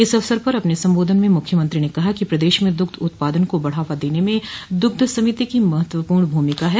इस अवसर पर अपने संबोधन में मुख्यमंत्री ने कहा कि प्रदेश में दुग्ध उत्पादन को बढ़ावा देने में दुग्ध समिति की भूमिका महत्वपूर्ण है